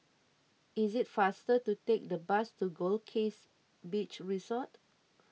is it faster to take the bus to Goldkist Beach Resort